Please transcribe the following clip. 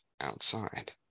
outside